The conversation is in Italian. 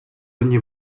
ogni